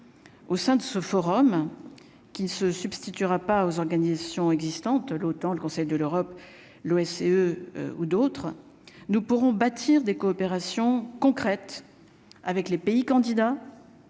au sein de ce forum, qui se substituera pas aux organisations existantes, l'OTAN, le Conseil de l'Europe, l'OSCE ou d'autres, nous pourrons bâtir des coopérations concrètes avec les pays candidats